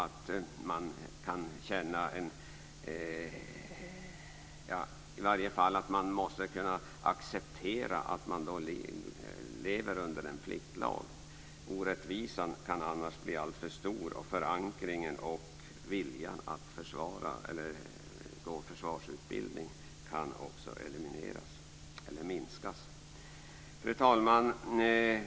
I varje fall måste man kunna acceptera att man lever under en pliktlag. Orättvisan kan annars bli alltför stor, och förankringen och viljan när det gäller att gå en försvarsutbildning kan också minska. Fru talman!